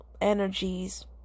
energies